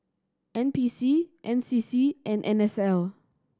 N P C N C C and N S L